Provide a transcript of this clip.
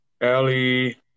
Ellie